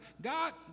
God